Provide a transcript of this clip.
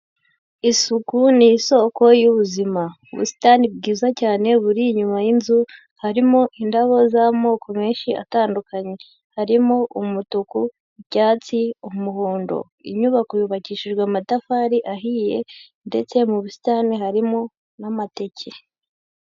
Isuku ni isoko y'ubuzima. Ubusitani bwiza cyane buri inyuma y'inzu harimo indabo z'amoko menshi atandukanye. Harimo umutuku, icyatsi, umuhondo. Inyubako yubakishijwe amatafari ahiye, ndetse mu busitani harimo n'amateke.